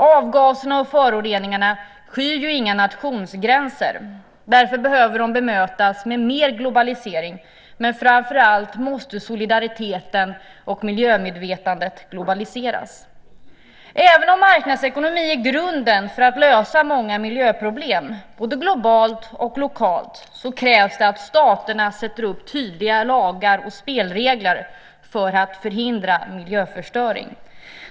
Avgaserna och föroreningarna skyr ju inga nationsgränser. Därför behöver de bemötas med mer globalisering. Men framför allt måste solidariteten och miljömedvetandet globaliseras. Även om marknadsekonomi är grunden för att lösa många miljöproblem, både globalt och lokalt, krävs det att staterna sätter upp tydliga lagar och spelregler för att förhindra miljöförstöring.